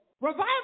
Revival